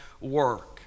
work